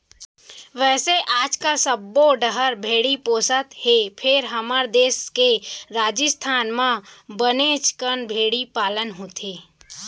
वैसे आजकाल सब्बो डहर भेड़ी पोसत हें फेर हमर देस के राजिस्थान म बनेच कन भेड़ी पालन होथे